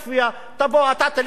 תבוא אתה, תלך, תנקה.